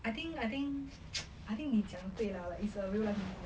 I think I think I think 你讲对 lah it's a real life museum